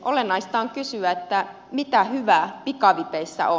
olennaista on kysyä mitä hyvää pikavipeissä on